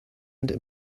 and